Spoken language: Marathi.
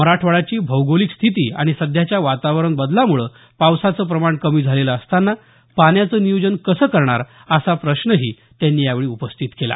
मराठवाड्याची भौगोलिक स्थिती आणि सध्याच्या वातावरण बदलामुळे पावसाचं प्रमाण कमी झालेलं असताना पाण्याचं नियोजन कसं करणार असा प्रश्नही त्यांनी यावेळी उपस्थित केला